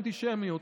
הוא אנטישמיות.